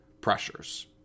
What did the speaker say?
pressures